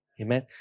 Amen